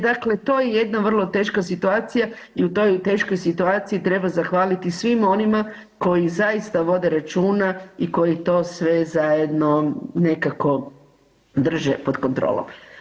Dakle, to je jedna vrlo teška situacija i u toj teškoj situaciji treba zahvaliti svima onima koji zaista vode računa i koji to sve zajedno nekako drže pod kontrolom.